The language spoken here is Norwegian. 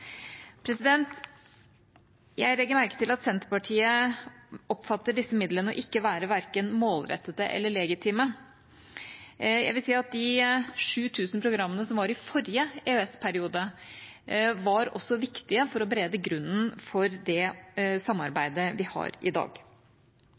Jeg legger merke til at Senterpartiet oppfatter disse midlene å ikke være verken målrettete eller legitime. Jeg vil si at de 7 000 programmene som var i forrige EØS-periode, også var viktige for å berede grunnen for det